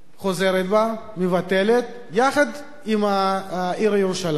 היא חוזרת בה, מבטלת, יחד עם העיר ירושלים.